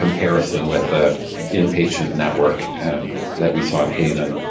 comparison with ah inpatient network that we saw in haiven.